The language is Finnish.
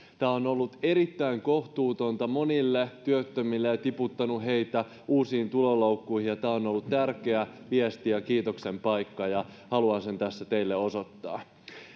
se on ollut erittäin kohtuuton monille työttömille ja ja tiputtanut heitä uusiin tuloloukkuihin ja tämä on ollut tärkeä viesti ja kiitoksen paikka ja haluan sen tässä teille osoittaa